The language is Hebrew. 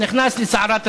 נכנס לסערת רגשות.